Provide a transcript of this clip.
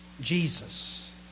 Jesus